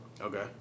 Okay